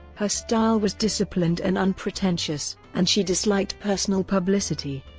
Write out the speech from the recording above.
her style was disciplined and unpretentious, and she disliked personal publicity.